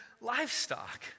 livestock